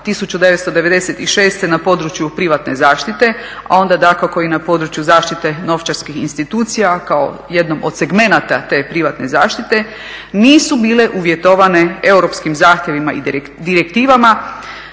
1996. na području privatne zaštite, a onda dakako i na području zaštite novčarskih institucija kao jednom od segmenata te privatne zaštite nisu bile uvjetovane europskim zahtjevima i direktivama